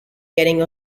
getting